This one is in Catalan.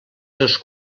seus